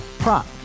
Prop